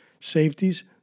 Safeties